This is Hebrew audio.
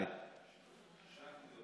עלק,